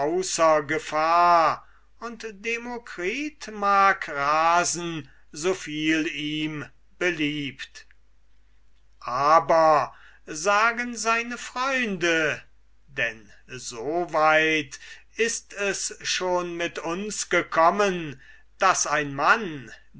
gefahr und demokritus mag rasen so viel ihm beliebt aber sagen seine freunde denn so weit ist es schon mit uns gekommen daß ein mann